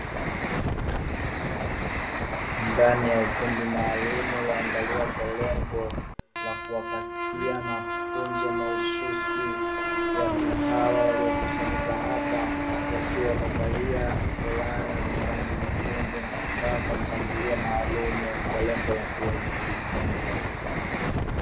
Ndani ya ukumbi maalumu ulioandaliwa kwa lengo la kuwapatia mafunzo mahususi watu hawa waliokusanyika hapa, wakiwa wamevalia fulana zenye rangi nyekundu na kukaa kwa mpangilio maalumu kwa lengo la kuweza kujifunza.